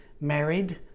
married